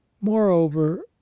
moreover